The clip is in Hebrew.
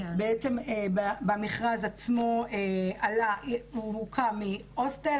במכרז עצמו הוקמו הוסטל,